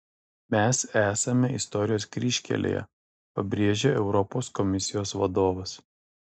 mes esame istorijos kryžkelėje pabrėžė europos komisijos vadovas